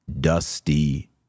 dusty